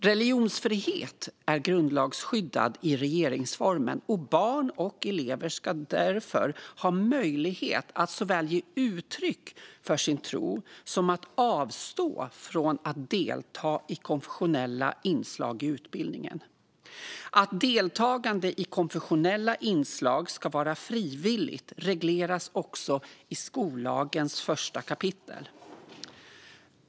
Religionsfriheten är grundlagsskyddad i regeringsformen, och barn och elever ska därför ha möjlighet att såväl ge uttryck för sin tro som att avstå från att delta i konfessionella inslag i utbildningen. Att deltagande i konfessionella inslag ska vara frivilligt regleras också i skollagens första kapitel.